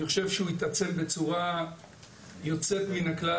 אני חושב שהוא התעצב בצורה יוצאת מן הכלל,